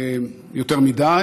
יותר מדי.